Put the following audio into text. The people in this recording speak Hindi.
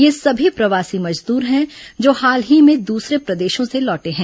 ये सभी प्रवासी मजदूर हैं जो हाल ही में दूसरे प्रदेशों से लौटे हैं